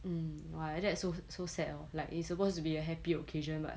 mm !wah! like that so sad hor like it's supposed to be a happy occasion but